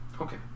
okay